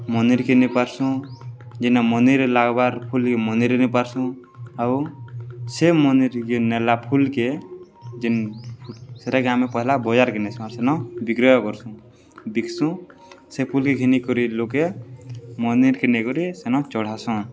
ମନିର୍ କିନି ପାର୍ସୁଁ ଯେନ୍ନେ ମନିରରେ ଲାଗ୍ବାର ଫୁଲକେ ମନିର୍ନ ପାର୍ସୁଁ ଆଉ ସେ ମନିର୍କେ ନେଲା ଫୁଲକେ ଯେନ୍ ସେଟାକି ଆମେ ପହଲାା ବଜାର କିନ ନେଇସୁଁ ଆର୍ ସେନ ବିକ୍ରୟ କରସୁଁ ବିକ୍ସୁଁ ସେ ଫୁଲକେ କିନିକରି ଲୋକେ ମନିର୍ କିନିକରି ସେନ ଚଢ଼ାସୁଁ